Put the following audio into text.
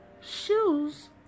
shoes